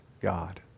God